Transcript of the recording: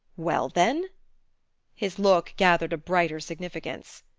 well, then his look gathered a brighter significance.